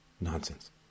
Nonsense